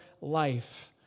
life